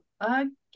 again